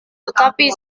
tetapi